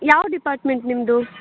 ಯಾವ ಡಿಪಾರ್ಟ್ಮೆಂಟ್ ನಿಮ್ಮದು